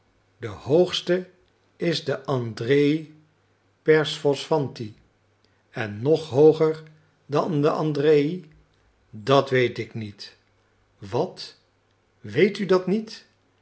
de hoogste is de andrej perwoswantjii en nog hooger dan andrej dat weet ik niet wat weet u dat niet